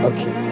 Okay